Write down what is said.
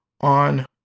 On